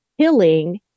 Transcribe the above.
killing